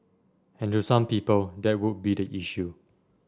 and to some people that would be the issue